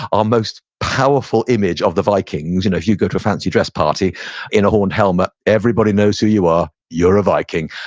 our most powerful image of the vikings, you know if you go to a fancy dress party in a horned helmet, everybody knows who you are. you're a viking.